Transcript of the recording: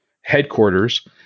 headquarters